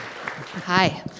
Hi